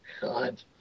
God